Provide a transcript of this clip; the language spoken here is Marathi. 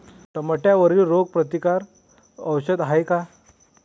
टमाट्यावरील रोग प्रतीकारक औषध हाये का?